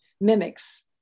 mimics